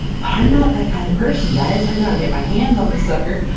but i'm not that kind of person guys! i got to get my hands on this sucker!